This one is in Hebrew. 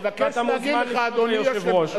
ואתה מוזמן לפנות ליושב-ראש.